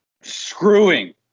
screwing